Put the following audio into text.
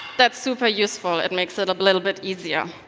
that's super useful. it makes it a little bit easier.